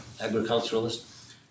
agriculturalist